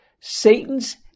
Satan's